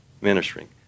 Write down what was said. ministering